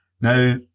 Now